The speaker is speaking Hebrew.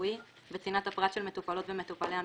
הרפואי וצנעת הפרט של מטופלות ומטופלי המרפאה.